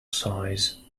size